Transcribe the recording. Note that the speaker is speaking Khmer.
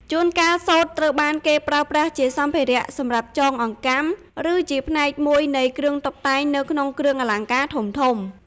ជួនកាល សូត្រត្រូវបានគេប្រើប្រាស់ជាសម្ភារៈសម្រាប់ចងអង្កាំ ឬជាផ្នែកមួយនៃគ្រឿងតុបតែងនៅក្នុងគ្រឿងអលង្ការធំៗ។